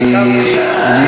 בראש-העין יש בית-ספר לדוגמה,